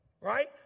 Right